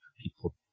people